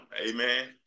Amen